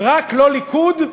"רק לא ליכוד"